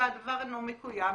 והדבר אינו מקוים.